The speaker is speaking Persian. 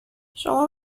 شما